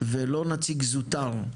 ולא נציג זוטר,